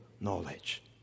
knowledge